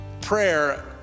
prayer